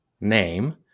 name